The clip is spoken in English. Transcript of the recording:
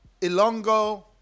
Ilongo